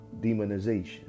demonization